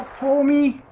for me